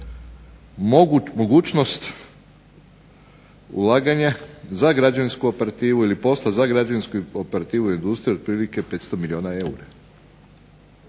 mogućnost ulaganje za građevinsku operativu ili posla za građevinsku operativu i industriju otprilike 500 milijuna eura.